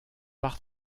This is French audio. par